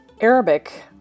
Arabic